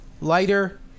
lighter